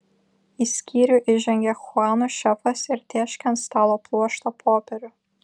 į skyrių įžengė chuano šefas ir tėškė ant stalo pluoštą popierių